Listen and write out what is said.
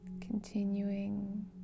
continuing